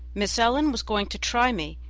miss ellen was going to try me,